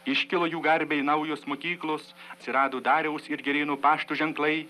iškilo jų garbei naujos mokyklos atsirado dariaus ir girėno pašto ženklai